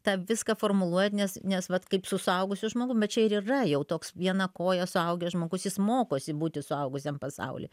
tą viską formuluot nes nes vat kaip su suaugusiu žmogum bet čia ir yra jau toks viena koja suaugęs žmogus jis mokosi būti suaugusiam pasauly